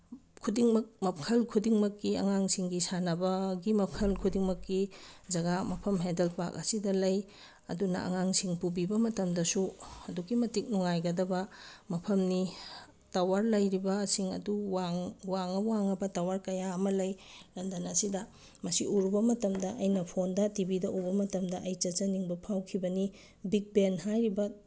ꯈꯨꯗꯤꯡꯃꯛ ꯃꯈꯜ ꯈꯨꯗꯤꯡꯃꯛꯀꯤ ꯑꯉꯥꯡꯁꯤꯡꯒꯤ ꯁꯥꯟꯅꯕꯒꯤ ꯃꯈꯜ ꯈꯨꯗꯤꯡꯃꯛꯀꯤ ꯖꯒꯥ ꯃꯐꯝ ꯍꯦꯗꯜ ꯄꯥꯛ ꯑꯁꯤꯗ ꯂꯩ ꯑꯗꯨꯅ ꯑꯉꯥꯡꯁꯤꯡ ꯄꯨꯕꯤꯕ ꯃꯇꯝꯗꯁꯨ ꯑꯗꯨꯛꯀꯤ ꯃꯇꯤꯛ ꯅꯨꯡꯉꯥꯏꯒꯗꯕ ꯃꯐꯝꯅꯤ ꯇꯋꯥꯔ ꯂꯩꯔꯤꯕꯁꯤꯡ ꯑꯗꯨ ꯋꯥꯡꯉ ꯋꯥꯡꯕ ꯇꯋꯥꯔ ꯀꯌꯥ ꯑꯃ ꯂꯩ ꯂꯟꯗꯟ ꯑꯁꯤꯗ ꯃꯁꯤ ꯎꯔꯨꯕ ꯃꯇꯝꯗ ꯑꯩꯅ ꯐꯣꯟꯗ ꯇꯤ ꯚꯤꯗ ꯎꯕ ꯃꯇꯝꯗ ꯑꯩ ꯆꯠꯆꯅꯤꯡꯕ ꯐꯥꯎꯈꯤꯕꯅꯤ ꯕꯤꯛ ꯕꯦꯟ ꯍꯥꯏꯔꯤꯕ